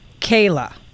Kayla